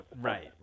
Right